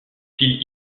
style